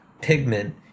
pigment